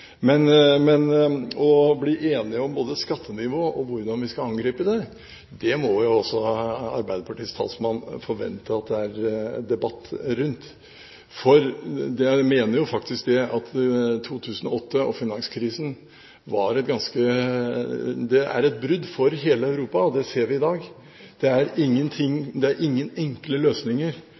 men å bli enige om både skattenivå og hvordan vi skal angripe det, må jo også Arbeiderpartiets talsmann forvente at det er debatt rundt. Jeg mener at 2008 og finanskrisen var et brudd for hele Europa, og det ser vi i dag. Det er ingen enkle løsninger